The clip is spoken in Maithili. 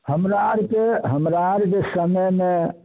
हमरा आरके हमरा आरके समयमे